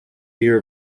year